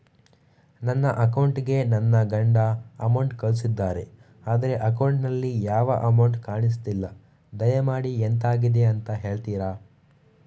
ನನ್ನ ಅಕೌಂಟ್ ಗೆ ನನ್ನ ಗಂಡ ಅಮೌಂಟ್ ಕಳ್ಸಿದ್ದಾರೆ ಆದ್ರೆ ಅಕೌಂಟ್ ನಲ್ಲಿ ಯಾವ ಅಮೌಂಟ್ ಕಾಣಿಸ್ತಿಲ್ಲ ದಯಮಾಡಿ ಎಂತಾಗಿದೆ ಅಂತ ಹೇಳ್ತೀರಾ?